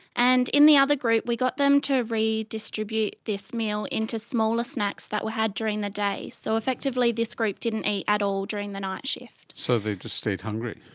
and in the other group we got them to redistribute this meal into smaller snacks that were had during the day. so effectively this group didn't eat at all during the night shift. so they just stayed hungry.